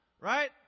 right